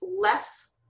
less